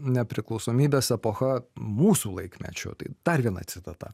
nepriklausomybės epocha mūsų laikmečio tai dar viena citata